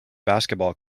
basketball